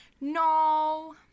No